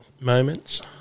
moments